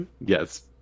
Yes